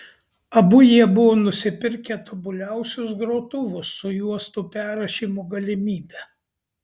abu jie buvo nusipirkę tobuliausius grotuvus su juostų perrašymo galimybe